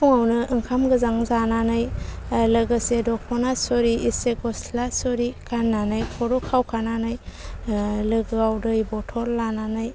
फुङावनो ओंखाम गोजां जानानै लोगोसे दख'ना सुरि एसे ग'स्ला सुरि गाननानै खर' खाव खानानै लोगोआव दै बथल लानानै